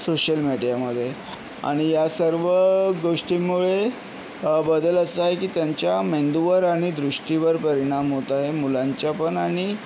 social मीडियामध्ये आणि या सर्व गोष्टींमुळे बदल असा आहे की त्यांच्या मेंदूवर आणि दृष्टीवर परिणाम होत आहे मुलांच्या पण आणि